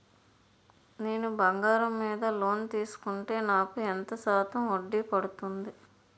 నేను బంగారం మీద లోన్ తీసుకుంటే నాకు ఎంత శాతం వడ్డీ పడుతుంది?